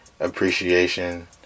appreciation